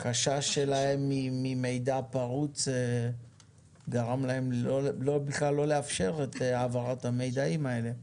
שהחשש שלהם ממידע פרוץ גרם להם בכלל לא לאפשר את העברת המיידעים האלה,